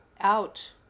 Out